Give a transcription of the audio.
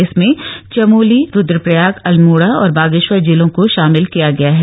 इसमें चमोली रुद्रप्रयाग अल्मोड़ा और बागेश्वर जिलों को शामिल किया गया है